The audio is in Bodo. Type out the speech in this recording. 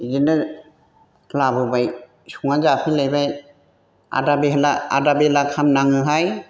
बेदिनो लाबोबाय संनानै जाफैलायबाय आदा बेला आदा बेला खालामनाङोहाय